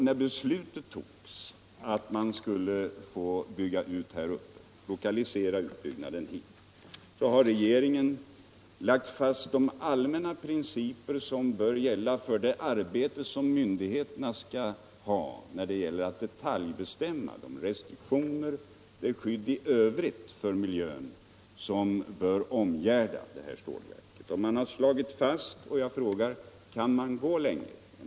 När beslutet togs att man skulle bygga ut där uppe lade regeringen fast de allmänna principer som bör gälla för myndigheternas arbete i fråga om att detaljbestämma de restriktioner och det skydd i övrigt för miljön som bör omgärda stålverket. Jag frågar: Kan man gå längre?